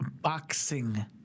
boxing